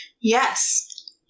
yes